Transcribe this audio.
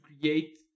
create